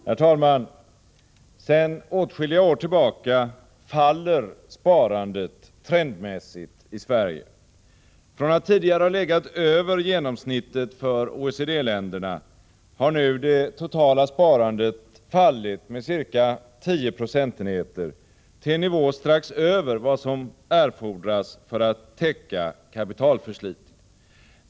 Herr talman! Sedan åtskilliga år tillbaka faller sparandet trendmässigt i Sverige. Från att tidigare ha legat över genomsnittet för OECD-länderna har nu det totala sparandet fallit med ca 10 procentenhetér till en nivå strax över vad som erfordras för att täcka kapitalförslitningen.